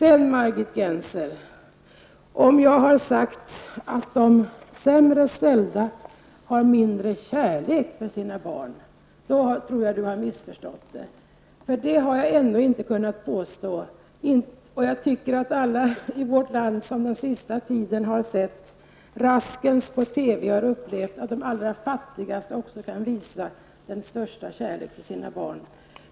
Om Margit Gennser har uppfattat att jag har sagt att de sämre ställda har mindre kärlek att ge till sina barn har hon missförstått mig. Det har jag inte påstått. Jag tror att alla i vårt land som under den senaste tiden har sett Raskens på TV har upplevt att de allra fattigaste också kan visa den största kärlek till sina barn.